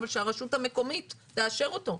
אבל שהרשות המקומית תאשר אותו.